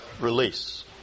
release